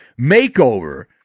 makeover